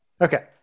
Okay